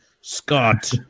Scott